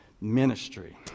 ministry